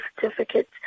certificate